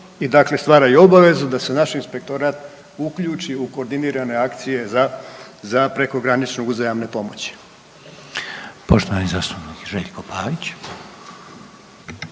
i dakle stvara i obvezu da se naš inspektorat uključi u koordinirane akcije za prekogranične uzajamne pomoći. **Reiner, Željko